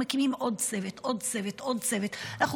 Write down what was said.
מקימים עוד צוות, עוד צוות, ועוד צוות.